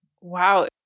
Wow